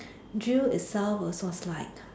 drill itself was was like